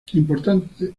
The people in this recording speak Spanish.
importante